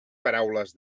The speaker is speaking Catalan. paraules